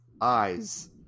eyes